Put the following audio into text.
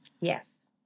Yes